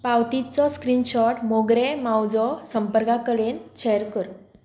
पावतीचो screenshot मोगरे मावजो संपर्का कडेन शेयर कर